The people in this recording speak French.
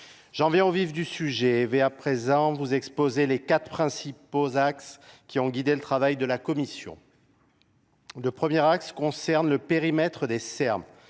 j'en viens au vif du sujet mais à présent vous exposer les quatre principaux axes qui ont guidé le travail de la commission le premier axe concerne le périmètre des